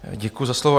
Děkuji za slovo.